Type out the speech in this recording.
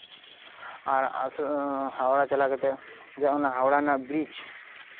ᱟᱨ ᱟᱥᱚᱞ ᱦᱟᱣᱲᱟ ᱪᱟᱞᱟᱜ ᱡᱚᱠᱷᱚᱡ ᱚᱱᱟ ᱦᱟᱣᱲᱟ ᱨᱮᱱᱟᱜ ᱵᱨᱤᱡ